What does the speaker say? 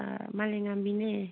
ꯃꯥꯂꯦꯝꯉꯥꯟꯕꯤꯅꯦ